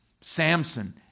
Samson